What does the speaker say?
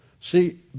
See